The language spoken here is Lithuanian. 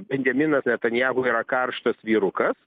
benjaminas netanjahu yra karštas vyrukas